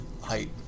height